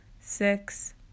six